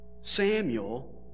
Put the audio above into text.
Samuel